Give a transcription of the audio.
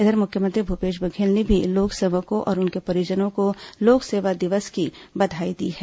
इधर मुख्यमंत्री भूपेश बधेल ने भी लोक सेवकों और उनके परिजनों को लोक सेवा दिवस की बधाई दी है